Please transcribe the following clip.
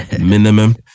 minimum